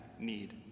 need